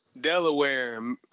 Delaware